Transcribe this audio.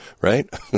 right